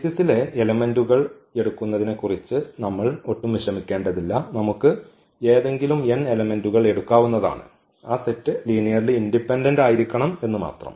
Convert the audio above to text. ബെയ്സിസിലെ എലെമെന്റുകൾ എടുക്കുന്നതിനെക്കുറിച്ച് നമ്മൾ ഒട്ടും വിഷമിക്കേണ്ടതില്ല നമുക്ക് ഏതെങ്കിലും n എലെമെന്റുകൾ എടുക്കാവുന്നതാണ് ആ സെറ്റ് ലീനിയർലി ഇൻഡിപെൻഡന്റ് ആയിരിക്കണം എന്ന് മാത്രം